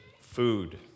food